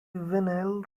vinyl